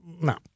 No